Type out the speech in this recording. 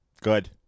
Good